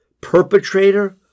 perpetrator